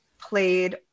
played